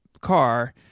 car